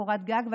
קורת גג.